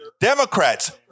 Democrats